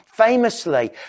Famously